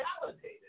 validated